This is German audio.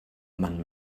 man